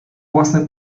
własny